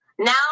Now